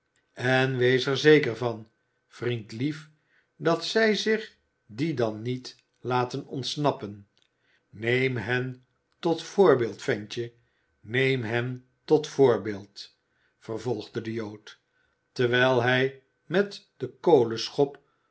en wees er zeker van vriendjelief dat zij zich dien dan niet laten ontsnappen neem hen tot voorbeeld ventje neem hen tot voorbeeld vervolgde de jood terwijl hij met den